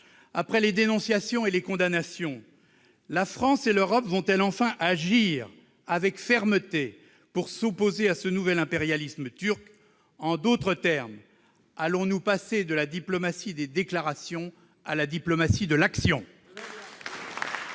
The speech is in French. après les dénonciations et les condamnations, la France et l'Europe vont-elles enfin agir avec fermeté pour s'opposer à ce nouvel impérialisme turc ? En d'autres termes, allons-nous passer de la diplomatie des déclarations à la diplomatie de l'action ?